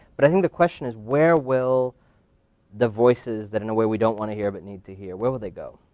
but i think the question is, where will the voices that in a way we don't wanna hear, but need to hear, where will they go?